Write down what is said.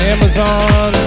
Amazon